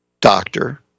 doctor